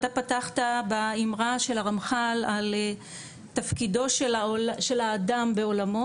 אתה פתחת באמרה של הרמח"ל על תפקידו של האדם בעולמו,